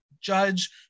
judge